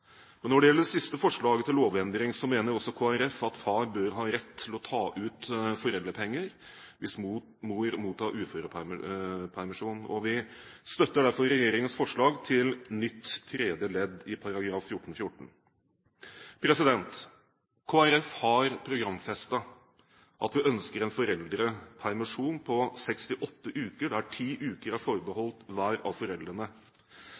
Når det gjelder det siste forslaget til lovendring, mener også Kristelig folkeparti at far bør ha rett til å ta ut foreldrepenger hvis mor mottar uførepermisjon. Vi støtter derfor regjeringens forslag til nytt tredje ledd i § 14-14. Kristelig Folkeparti har programfestet at vi ønsker en foreldrepermisjon på 68 uker, der ti uker er forbeholdt hver av foreldrene,